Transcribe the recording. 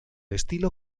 estilo